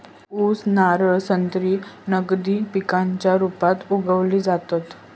ऊस, नारळ, संत्री नगदी पिकांच्या रुपात उगवली जातत